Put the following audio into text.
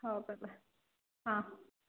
ହେଉ ତା'ହେଲେ ହଁ